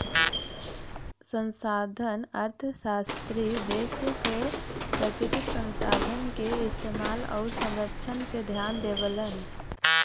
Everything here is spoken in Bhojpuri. संसाधन अर्थशास्त्री देश क प्राकृतिक संसाधन क इस्तेमाल आउर संरक्षण पे ध्यान देवलन